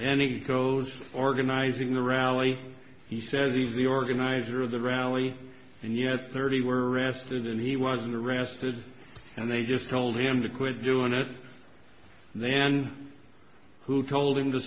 and he goes organizing the rally he says he's the organizer of the rally and yet thirty were arrested and he wasn't arrested and they just told him to quit doing it and then who told him to